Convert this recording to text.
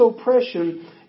oppression